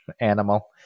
animal